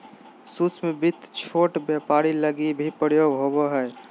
सूक्ष्म वित्त छोट व्यापार लगी भी प्रयोग होवो हय